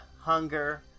hunger